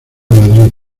madrid